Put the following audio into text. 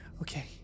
Okay